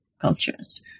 cultures